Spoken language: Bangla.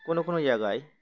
কোনো কোনো জায়গায়